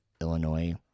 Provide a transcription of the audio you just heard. Illinois